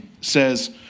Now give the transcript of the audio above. says